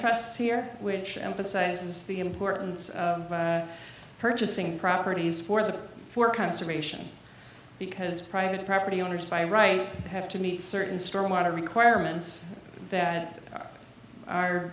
trusts here which emphasizes the importance of purchasing properties for the for conservation because private property owners by right have to meet certain stormwater requirements that